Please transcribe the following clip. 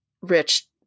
rich